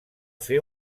fer